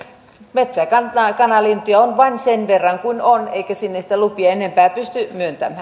metsäkanalintuja on vain sen verran kuin on eikä sinne niitä lupia enempää pysty myöntämään